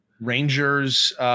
rangers